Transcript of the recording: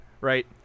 right